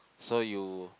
so you